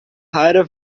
rara